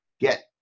get